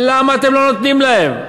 למה אתם לא נותנים להם?